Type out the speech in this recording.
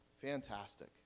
Fantastic